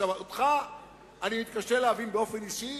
עכשיו, אותך אני מתקשה להבין באופן אישי.